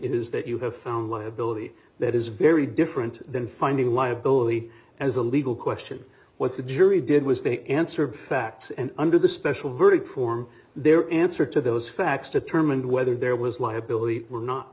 is that you have found liability that is very different than finding liability as a legal question what the jury did was they answered facts and under the special verdict form their answer to those facts determined whether there was liability we're not